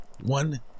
one